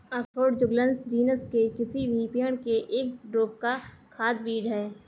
अखरोट Juglans genus के किसी भी पेड़ के एक ड्रूप का खाद्य बीज है